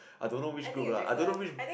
I don't know which group lah I don't know which